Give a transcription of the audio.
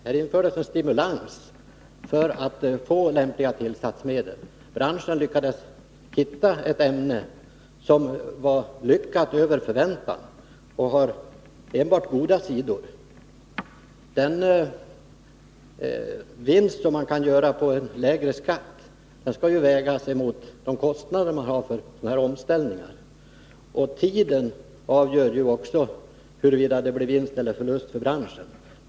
Det infördes ju en stimulans för att man skall få lämpliga tillsatsmedel. Branschen hittade ett ämne som var över förväntan lyckat och har enbart goda sidor. Den vinst som görs genom en lägre skatt skall vägas mot de kostnader man har för omställningar. Tiden avgör ju också huruvida det blir vinst eller förlust för branschen.